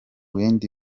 bindi